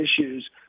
issues